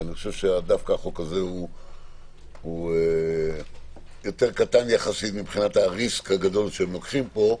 אני חושב שדווקא החוק הזה יחסית קטן יותר מבחינת הסיכון שהם לוקחים פה.